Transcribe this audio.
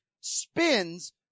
spins